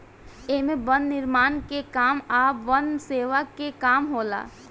एमे वन निर्माण के काम आ वन सेवा के काम होला